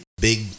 big